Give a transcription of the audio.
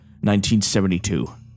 1972